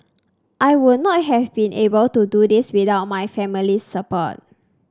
I would not have been able to do this without my family's support